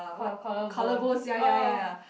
co~ collarbone uh